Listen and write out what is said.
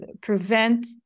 prevent